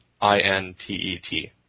I-N-T-E-T